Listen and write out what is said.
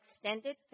extended